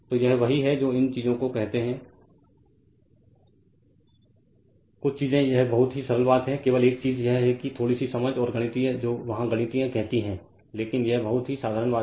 तो यह वही है जो इन चीजों को कहते हैं कुछ चीजें यह बहुत ही सरल बात है केवल एक चीज यह है कि थोड़ी सी समझ और गणितीय जो वहां गणितीय कहती है लेकिन ये बहुत ही साधारण बात है